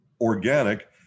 Organic